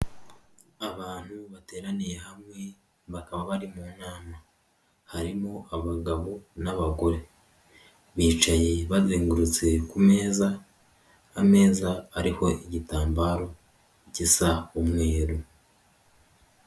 Abantu bateraniye hamwe, bakaba bari mu nama. Harimo abagabo n'abagore. Bicaye bazengurutse ku meza, ameza ariho igitambaro gisa umweru.